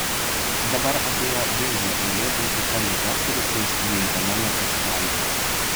dabar atėjo vėžio eilė būti ta liga kuri prieš įeidama nepasibeldžia